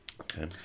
Okay